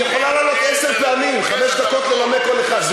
היא יכולה לעלות עשר פעמים, חמש דקות לנמק כל אחת.